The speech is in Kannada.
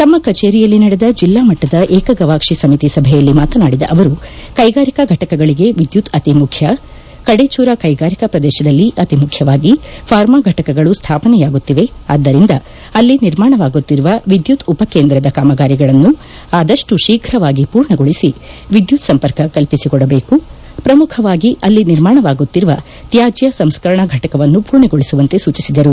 ತಮ್ಮ ಕಚೇರಿಯಲ್ಲಿ ನಡೆದ ಜಿಲ್ಲಾ ಮಟ್ಟದ ಏಕಗವಾಕ್ಷಿ ಸಮಿತಿ ಸಭೆಯಲ್ಲಿ ಮಾತನಾಡಿದ ಅವರು ಕೈಗಾರಿಕಾ ಫಟಕಗಳಗೆ ವಿದ್ನುತ್ ಅತಿ ಮುಖ್ಯ ಕಡೇಚೂರ ಕೈಗಾರಿಕಾ ಪ್ರದೇಶದಲ್ಲಿ ಅತಿ ಮುಖ್ಯವಾಗಿ ಫಾರ್ಮಾ ಫಟಕಗಳು ಸ್ನಾಪನೆಯಾಗುತ್ತಿವೆ ಆದ್ದರಿಂದ ಅಲ್ಲಿ ನಿರ್ಮಾಣವಾಗುತ್ತಿರುವ ವಿದ್ಯುತ್ ಉಪ ಕೇಂದ್ರದ ಕಾಮಗಾರಿಗಳನ್ನು ಆದಷ್ಟು ತೀಪುವಾಗಿ ಪೂರ್ಣಗೊಳಿಸಿ ವಿದ್ಯುತ್ ಸಂಪರ್ಕ ಕಲ್ಪಿಸಿಕೊಡಬೇಕು ಪ್ರಮುಖವಾಗಿ ಅಲ್ಲಿ ನಿರ್ಮಾಣವಾಗುತ್ತಿರುವ ತಾಜ್ಯ ಸಂಸ್ಕರಣಾ ಘಟಕ ವನ್ನು ಪೂರ್ಣಗೊಳಿಸುವಂತೆ ಸೂಚಿಸಿದರು